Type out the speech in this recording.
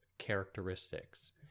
characteristics